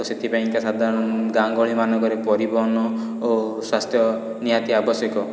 ତ ସେଥିପାଇଁକା ସାଧାରଣ ଗାଁ ଗହଳିମାନଙ୍କରେ ପରିବହନ ଓ ସ୍ୱାସ୍ଥ୍ୟ ନିହାତି ଆବଶ୍ୟକ